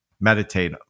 meditate